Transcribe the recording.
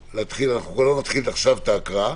כבר לא נתחיל עכשיו את ההקראה,